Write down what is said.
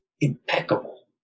Impeccable